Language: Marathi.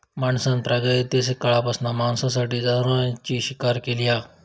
माणसान प्रागैतिहासिक काळापासना मांसासाठी जनावरांची शिकार केली हा